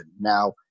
Now